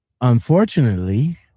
Unfortunately